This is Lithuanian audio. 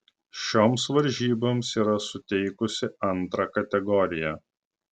šioms varžyboms yra suteikusi antrą kategoriją